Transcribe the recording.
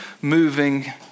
moving